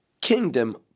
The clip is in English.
kingdom